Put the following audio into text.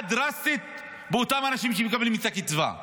דרסטית באותם אנשים שמקבלים את הקצבה.